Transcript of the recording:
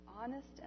honest